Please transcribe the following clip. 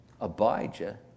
Abijah